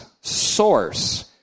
source